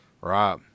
Right